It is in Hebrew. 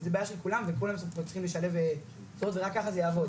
זה בעיה של כולם וכולם צריכים לשלב זרועות ורק כך זה יעבוד.